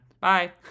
Bye